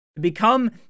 Become